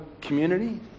community